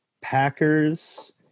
Packers